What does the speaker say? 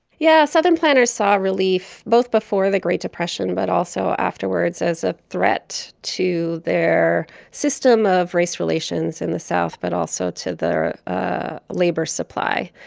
yeah, southern planters saw relief both before the great depression, but also afterwards, as a threat to their system of race relations in the south, but also to their ah labor supply.